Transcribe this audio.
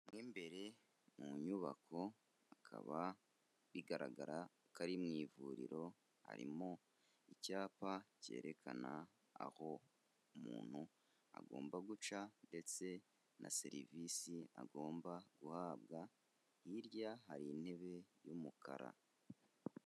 Mo imbere mu nyubako akaba bigaragara ko ari mu ivuriro, harimo icyapa cyerekana aho umuntu agomba guca ndetse na serivisi agomba guhabwa, hirya hari intebe y'umukara.